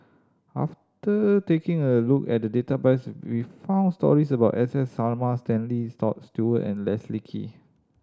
after taking a look at the database we found stories about S S Sarma Stanley Toft Stewart and Leslie Kee